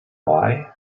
why